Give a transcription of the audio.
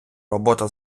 робота